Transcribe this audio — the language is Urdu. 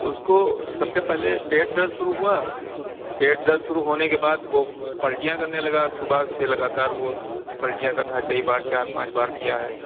اس کو سب سے پہلے پیٹ درد شروع ہوا پیٹ درد شروع ہونے کے بعد وہ پلٹیاں کرنے لگا صبح سے لگاتار وہ پلٹیاں کر رہا ہے کئی بار چار پانچ بار کیا ہے